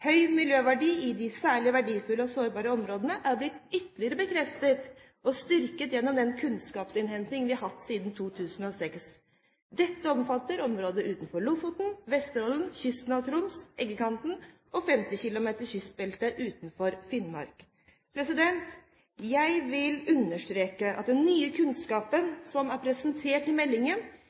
Høy miljøverdi i de særlig verdifulle og sårbare områdene er blitt ytterligere bekreftet og styrket gjennom den kunnskapsinnhenting vi har foretatt siden 2006. Dette omfatter områdene utenfor Lofoten, Vesterålen, kysten av Troms, Eggakanten og 50 km kystbelte utenfor Finnmark. Jeg vil understreke at den nye kunnskapen som er presentert i meldingen,